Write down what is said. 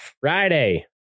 friday